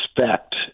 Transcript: respect